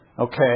Okay